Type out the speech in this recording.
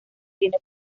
tiene